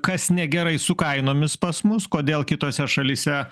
kas negerai su kainomis pas mus kodėl kitose šalyse